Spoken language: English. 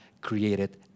created